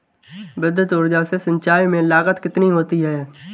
विद्युत ऊर्जा से सिंचाई में लागत कितनी होती है?